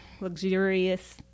luxurious